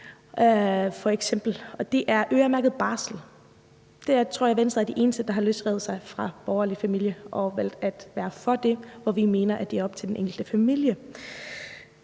Der tror jeg Venstre er de eneste, der har løsrevet sig fra den borgerlige familie og valgt at være for det. Vi mener, det er op til den enkelte familie.